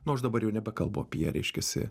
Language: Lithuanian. nu aš dabar jau nebekalbu apie reiškiasi